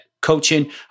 coaching